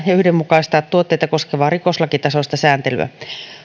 ja yhdenmukaistaa tuotteita koskevaa rikoslakitasoista sääntelyä